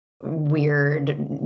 weird